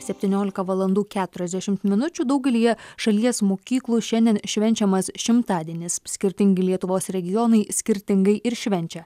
septyniolika valandų keturiasdešimt minučių daugelyje šalies mokyklų šiandien švenčiamas šimtadienis skirtingi lietuvos regionai skirtingai ir švenčia